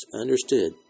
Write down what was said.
understood